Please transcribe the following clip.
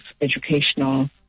educational